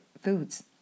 foods